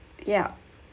yeah